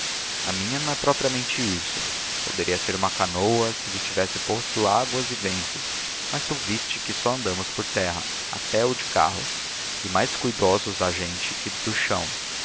a minha não é propriamente isso poderia ser uma canoa se lhe tivesse posto águas e ventos mas tu viste que só andamos por terra a pé ou de carro e mais cuidosos da gente que do chão